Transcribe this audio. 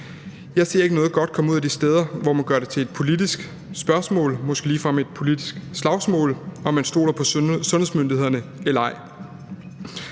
Jeg ser ikke noget godt komme ud af det de steder, hvor man gør det til et politisk spørgsmål, måske ligefrem et politisk slagsmål, om man stoler på sundhedsmyndighederne eller ej.